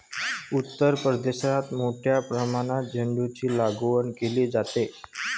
उत्तर प्रदेशात मोठ्या प्रमाणात झेंडूचीलागवड केली जाते